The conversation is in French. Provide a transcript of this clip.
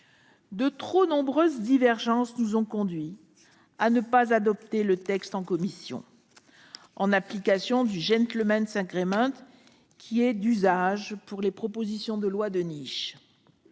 De trop nombreuses divergences nous ont conduits à ne pas adopter de texte en commission, en application du d'usage pour les propositions de loi de niche.